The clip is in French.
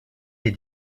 les